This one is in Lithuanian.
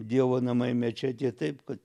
dievo namai mečetė taip kad